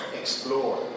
explore